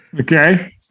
Okay